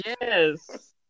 Yes